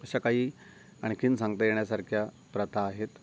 अशा काही आणखीन सांगता येण्यासारख्या प्रथा आहेत